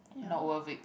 not worth it